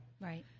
Right